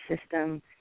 system